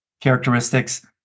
characteristics